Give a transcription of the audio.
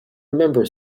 remember